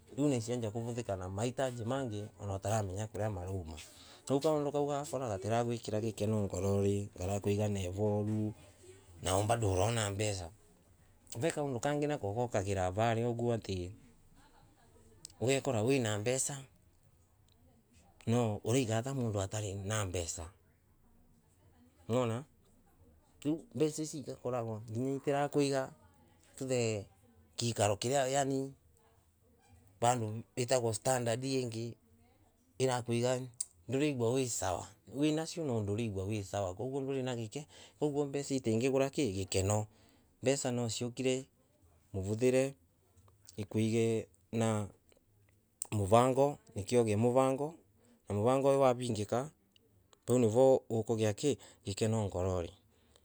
Ikajia kuvuthikana. Mahitaji mengi mundu ataramenya kuria marauma. Kaui kaundu kau urakora gatiragwikiria gikeno ngorori karakwiga na ivoru nao bado urona mbeca. Ve kaundu kengi nako gaukagira vana uguo ati. unhekora wina mbeca no ureiga ta mundu atarina mbeca. Nwona. Riu mbeca icio igakoragwa nginyaitirakwiga tuge gikaro kina yaani vanduitagwa standard ingi nduraigwa wi sawa. Winacio no nduregwa wi sawa. kaguo nduri na gikekoguo mbeca icio itingigura gikeno. Mbeca nwaciukire muvuthire ikwige na muvange. nikio ugie muvango. na muvango uyu wavingika vau nivo ukuiga ki?gikeno ngorori.